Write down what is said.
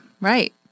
Right